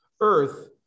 Earth